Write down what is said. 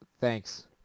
thanks